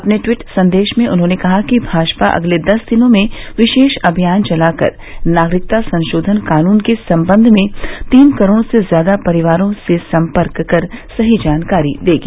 अपने ट्वीट संदेश में उन्होंने कहा कि भाजपा अगले दस दिनों में विशेष अभियान चलाकर नागरिकता संशोधन कानून के सम्बंध में तीन करोड़ से ज्यादा परिवारो से सम्पर्क कर सही जानकारी देगी